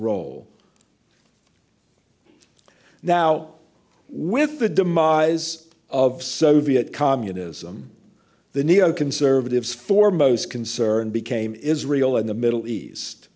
role now with the demise of soviet communism the neo conservatives for most concern became israel in the middle east